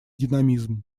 динамизм